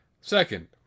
Second